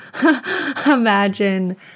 imagine